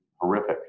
horrific